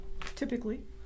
typically